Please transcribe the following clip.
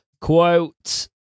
Quote